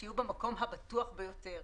שיהיו במקום הבטוח ביותר.